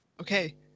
Okay